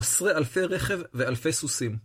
עשרה אלפי רכב ואלפי סוסים.